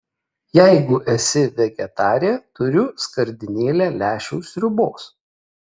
jeigu esi vegetarė turiu skardinėlę lęšių sriubos